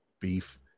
beef